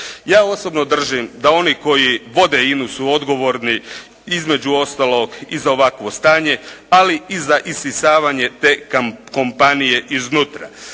Ja osobno držim da oni koji vode INA-u su odgovorni između ostalog i za ovakvo stanje, ali i za isisavanje te kompanije iznutra.